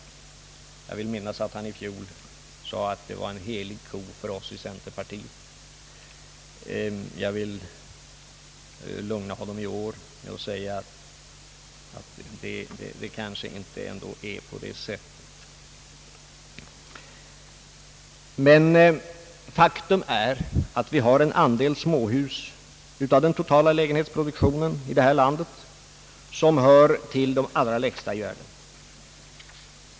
Jag vill minnas att han i fjol sade att det var en helig ko för oss i centerpartiet. I år vill jag lugna honom med att säga att det kanske ändå inte är på det sättet. Men faktum är att andelen småhus av den totala lägenhetsproduktionen i landet hör till de allra lägsta i världen.